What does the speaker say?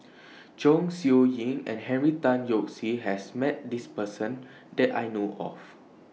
Chong Siew Ying and Henry Tan Yoke See has Met This Person that I know of